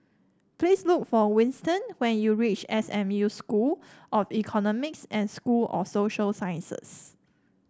please look for Winston when you reach S M U School of Economics and School of Social Sciences